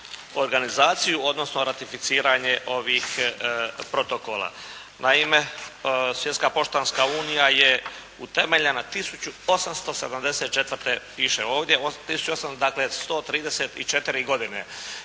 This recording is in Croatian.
organizaciju, odnosno ratificiranje ovih protokola. Naime, Svjetska poštanska unija je utemeljena 1874. piše ovdje, dakle 134 godine.